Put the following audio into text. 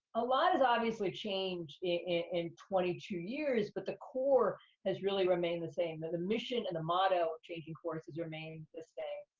a lot has obviously changed in twenty two years, but the core has really remained the same, and the mission and the motto of changing course has remained the same,